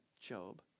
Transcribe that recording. Job